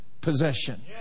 possession